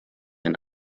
ein